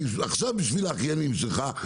עכשיו בשביל האחיינים שלך,